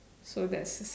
so that's